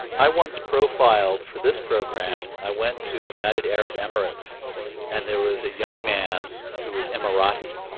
i once profiled for this program i went to the united arab emirates and there was a young man who was emirati,